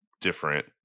different